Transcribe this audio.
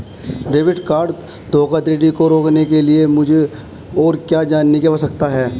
Debit card धोखाधड़ी को रोकने के लिए मुझे और क्या जानने की आवश्यकता है?